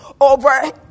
over